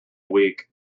week